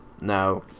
now